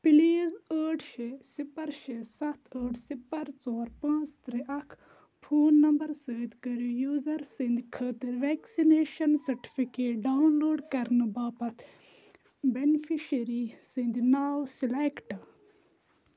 please ٲٹھ شےٚ سِپَر شےٚ سَتھ ٲٹھ سِپَر ژور پانٛژھ ترٛےٚ اَکھ فون نمبر سۭتۍ کٔرِو یوٗزَر سٕنٛدِ خٲطرٕ وٮ۪کسِنیشن سٔٹفِکیٹ ڈاوُن لوڈ کرنہٕ باپتھ بٮ۪نفِشٔری سٕنٛدۍ ناو سٕلٮ۪کٹ